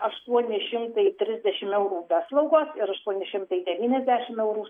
aštuoni šimtai trisdešim eurų be slaugos ir aštuoni šimtai devyniasdešim eurų